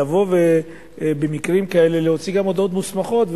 לבוא ובמקרים כאלה להוציא גם הודעות מוסמכות,